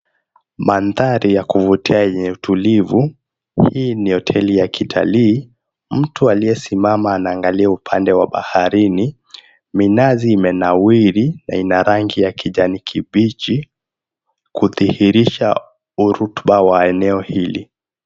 Mandhari ya kuvutia yenye utulivu, hii ni hoteli ya kitalii, mtu aliyesimama anaangalia upande wa baharini, minazi imenawiri na ina rangi ya kijani kibichi, kudhihirisha urutuba wa eneo hili.